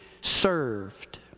served